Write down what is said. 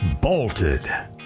bolted